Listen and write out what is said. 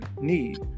need